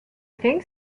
think